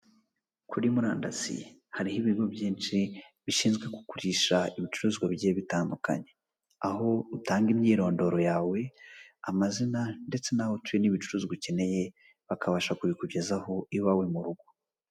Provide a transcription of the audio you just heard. Kuri murandasi hariho ibigo byinshi bishinzwe kugurisha ibicuruzwa bigiye bitandukanye, aho utanga imyirondoro yawe, amazina ndetse n'aho uciye n'ibicuruzwa ukeneye, bakabasha kubikugezaho iwawe mu rugo.